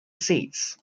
seats